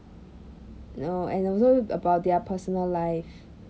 oh and also about their personal life